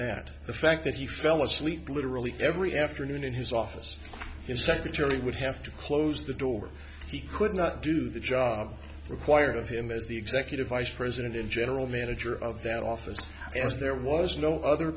that the fact that he fell asleep literally every afternoon in his office and secretary would have to close the door he could not do the job required of him as the executive vice president and general manager of that office as there was no other